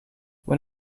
when